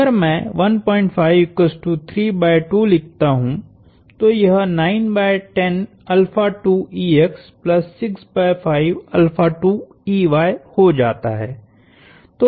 अगर मैं लिखता हूं तो यहहो जाता है